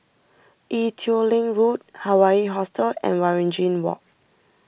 Ee Teow Leng Road Hawaii Hostel and Waringin Walk